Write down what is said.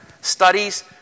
studies